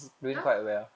now